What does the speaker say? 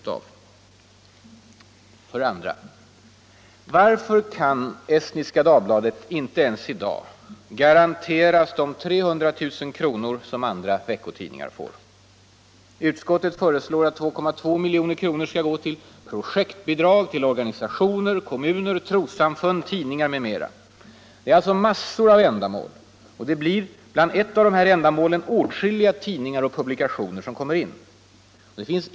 För det andra: Varför kan Estniska Dagbladet inte ens i dag garanteras de 300 000 kr. som andra veckotidningar får? Utskottet föreslår att 2,2 milj.kr. skall gå till ”projektbidrag till organisationer, kommuner, trossamfund, tidningar m.m.” Det är alltså massor av ändamål, och åtskilliga tidningar och publikationer kommer in under ett av dessa ändamål.